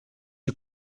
you